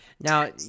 Now